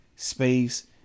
space